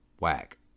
whack